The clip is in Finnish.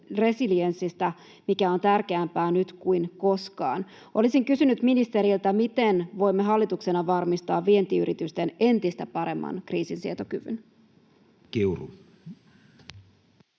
resilienssistä, mikä on tärkeämpää nyt kuin koskaan. Olisin kysynyt ministeriltä: miten voimme hallituksena varmistaa vientiyritysten entistä paremman kriisinsietokyvyn? [Speech